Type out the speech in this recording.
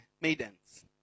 maidens